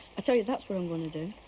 i tell you, that's what i'm going to do.